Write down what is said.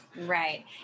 Right